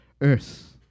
earth